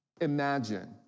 Imagine